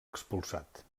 expulsat